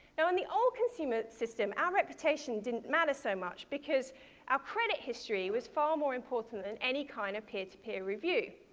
now in the old consumer system, our reputation didn't matter so much, because our credit history was far more important that and any kind of peer-to-peer review.